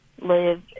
live